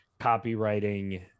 copywriting